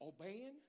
Obeying